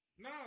No